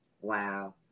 Wow